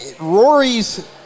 Rory's